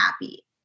happy